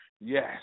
yes